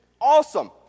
awesome